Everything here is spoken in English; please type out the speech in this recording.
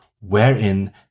wherein